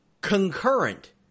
concurrent